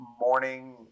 morning